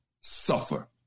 suffer